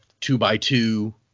two-by-two